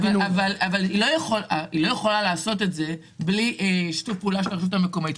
היא לא יכולה לעשות את זה בלי שיתוף פעולה של הרשות המקומית.